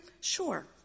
Sure